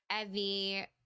Evie